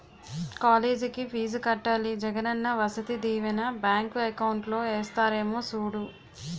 కాలేజికి ఫీజు కట్టాలి Jagananna Vasathi Deevena bank account లో ఏసారేమో సూడు